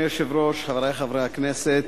אדוני היושב-ראש, חברי חברי הכנסת,